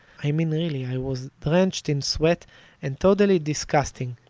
i mean really i was drenched in sweat and totally disgusting.